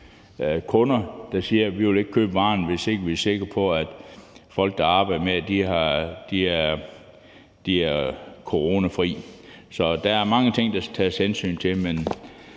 kunder, der siger, at de ikke vil købe varen, hvis ikke de er sikre på, at folk, der arbejder med den, er coronafri. Så der er mange ting, der skal tages hensyn til. Men